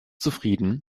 zufrieden